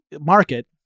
market